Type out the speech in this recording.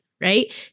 right